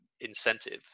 incentive